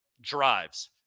drives